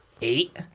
eight